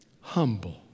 humble